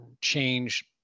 change